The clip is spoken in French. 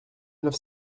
neuf